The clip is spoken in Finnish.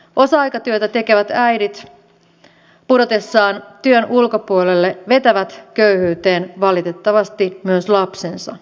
osa aikatyötä tekevät äidit pudotessaan työn ulkopuolelle vetävät köyhyyteen valitettavasti myös lapsensa